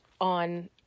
on